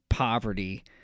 Poverty